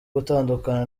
gutandukana